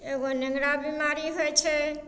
एगो नेङ्गरा बीमारी होइ छै